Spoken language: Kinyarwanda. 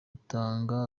itanga